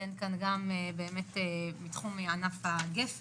ציין כאן גם מתחום ענף הגפן.